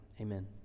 Amen